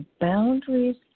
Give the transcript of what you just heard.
Boundaries